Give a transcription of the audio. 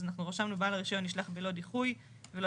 אז אנחנו רשמנו "בעל הרישיון ישלח ללא דיחוי ולא